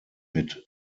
mit